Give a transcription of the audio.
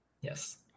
yes